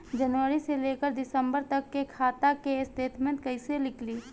जनवरी से लेकर दिसंबर तक के खाता के स्टेटमेंट कइसे निकलि?